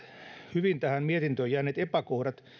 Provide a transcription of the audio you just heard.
hyvin tähän mietintöön jääneet epäkohdat